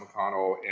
McConnell